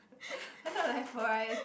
I thought will have varie~